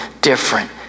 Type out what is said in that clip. different